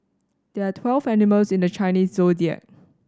there are twelve animals in the Chinese Zodiac